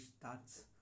starts